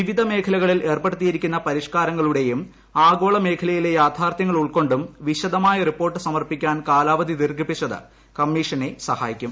വിവിധ മേഖലകളിൽ ഏർപ്പെടുത്തിയിരിക്കുന്ന പരിഷ്കാരങ്ങളുടെയും ആഗോള മേഖലയിലെ യാഥാർത്ഥൃങ്ങൾ ഉൾക്കൊണ്ട് വിശദമായ റിപ്പോർട്ട് സമർപ്പിക്കാൻ കാലാവധി ദീർഘിപ്പിച്ചത് കമ്മീഷനെ സഹായിക്കും